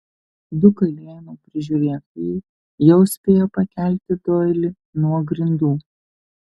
du kalėjimo prižiūrėtojai jau spėjo pakelti doilį nuo grindų